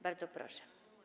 Bardzo proszę.